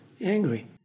angry